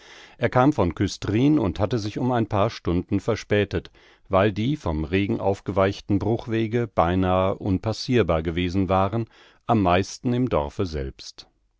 er kam von küstrin und hatte sich um ein paar stunden verspätet weil die vom regen aufgeweichten bruchwege beinah unpassirbar gewesen waren am meisten im dorfe selbst